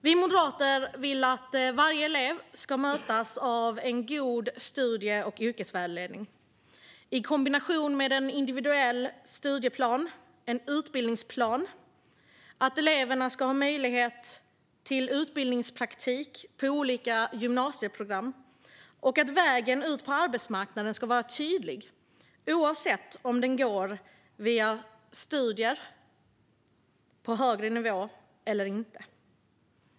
Vi moderater vill att varje elev ska mötas av en god studie och yrkesvägledning i kombination med en individuell studie och utbildningsplan, att eleverna ska ha möjlighet till utbildningspraktik på olika gymnasieprogram och att vägen ut på arbetsmarknaden ska vara tydlig, oavsett om den går via studier på högre nivå eller inte.